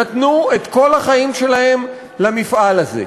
נתנו את כל החיים שלהם למפעל הזה,